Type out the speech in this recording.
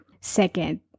Second